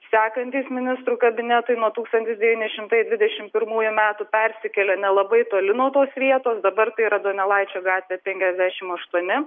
sekantys ministrų kabinetai nuo tūkstantis devyni šimtai dvidešimt pirmųjų metų persikėlė nelabai toli nuo tos vietos dabar tai yra donelaičio gatvė penkiasdešimt aštuoni